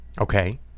Okay